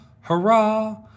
hurrah